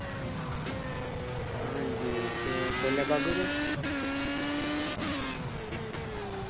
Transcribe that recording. हां जी ते कोल्लै बाह्गेओ तुस